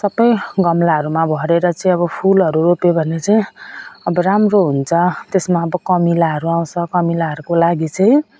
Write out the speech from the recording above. सब गमलाहरूमा भरेर चाहिँ अब फुलहरू रोप्यो भने चाहिँ अब राम्रो हुन्छ त्यसमा अब कमिलाहरू आउँछ कमिलाहरूको लागि चाहिँ